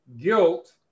guilt